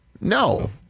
No